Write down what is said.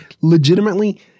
legitimately